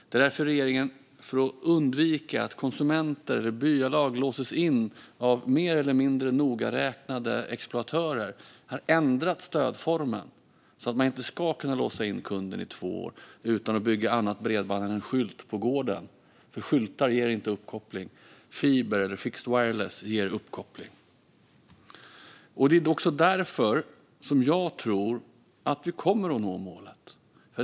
Det är därför regeringen, för att undvika att konsumenter eller byalag låses in av mer eller mindre nogräknade exploatörer, har ändrat stödformen så att man inte ska kunna låsa in kunden i två år utan att bygga annat bredband än en skylt på gården. Skyltar ger inte uppkoppling; fiber eller fixed wireless ger uppkoppling. Det är också därför jag tror att vi kommer att nå målet.